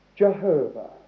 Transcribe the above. Jehovah